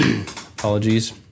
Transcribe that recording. Apologies